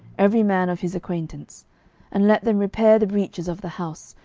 every man of his acquaintance and let them repair the breaches of the house,